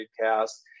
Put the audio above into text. cast